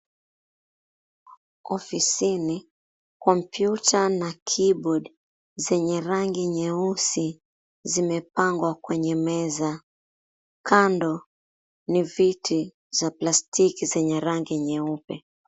Ofisini, kompyuta na keyboard zenye rangi nyeusi zimepangwa kwenye meza. Kando ni viti za plastiki zenye rangi nyeupe.